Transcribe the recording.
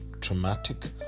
traumatic